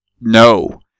No